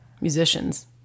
musicians